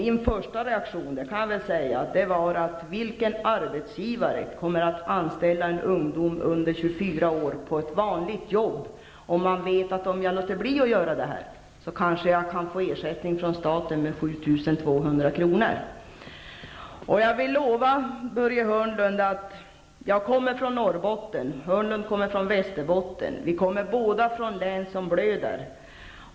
Min första reaktion var: Vilken arbetsgivare kommer att anställa en ungdom under 24 år på ett vanligt jobb om han vet, att om han låter bli att göra detta kommer han kanske att få ersättning från staten med 7 200 kr.? Jag kommer från Norrbotten, och Börje Hörnlund kommer från Västerbotten. Vi kommer båda från län som blöder.